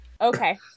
Okay